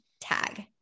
tag